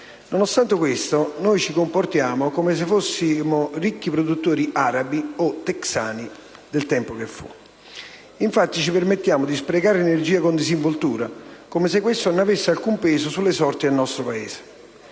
Nonostante questo, noi ci comportiamo come se fossimo ricchi produttori arabi o texani del tempo che fu. Infatti ci permettiamo di sprecare energia con disinvoltura, come se questo non avesse alcun peso sulle sorti del nostro Paese.